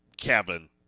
cabin